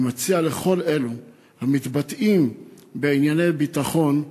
אני מציע לכל אלו המתבטאים בענייני ביטחון: